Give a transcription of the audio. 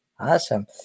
Awesome